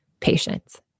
patience